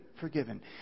forgiven